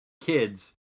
kids